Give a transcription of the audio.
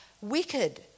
wicked